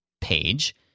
page